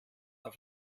auf